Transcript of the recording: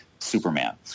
Superman